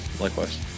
likewise